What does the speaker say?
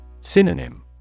Synonym